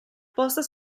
posta